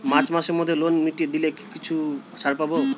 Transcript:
March মাসের মধ্যে loan মিটিয়ে দিলে কি কিছু ছাড় পাব?